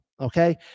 Okay